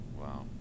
Wow